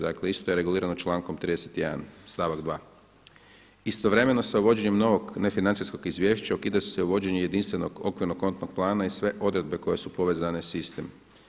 Dakle isto je regulirano člankom 31. stavak 2. Istovremeno sa uvođenjem novog nefinancijskog izvješća ukida se uvođenje jedinstvenog okvirnog kontnog plana i sve odredbe koje su povezane s istim.